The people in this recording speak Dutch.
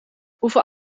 hoeveel